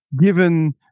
given